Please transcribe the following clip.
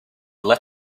lit